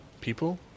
People